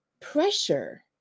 pressure